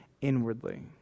inwardly